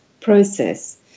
process